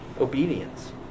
obedience